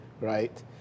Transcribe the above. right